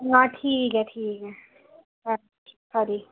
हां ठीक ऐ ठीक ऐ अच्छा साॅरी